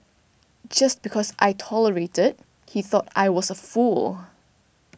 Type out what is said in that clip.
just because I tolerated he thought I was a fool